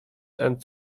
and